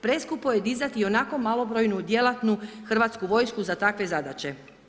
Preskupo je dizati i onako malobrojnu djelatnu Hrvatsku vojsku u takve zadaće.